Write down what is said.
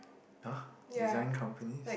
!huh! design companies